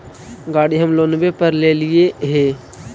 गाड़ी हम लोनवे पर लेलिऐ हे?